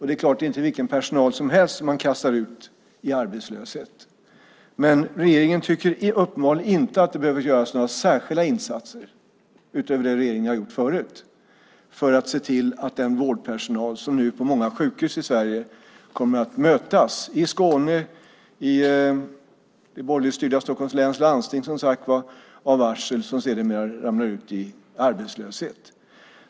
Det är inte vilken personal som helst som man kastar ut i arbetslöshet. Men regeringen tycker uppenbarligen inte att det behöver göras några särskilda insatser utöver det regeringen har gjort förut när det gäller den vårdpersonal som på många sjukhus i Sverige - i Skåne och i det borgerligt styrda Stockholms läns landsting - kommer att mötas av varsel och som sedermera ramlar ut i arbetslöshet.